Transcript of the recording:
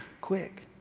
quick